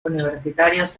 universitarios